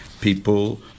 people